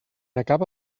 acaba